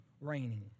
raining